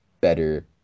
better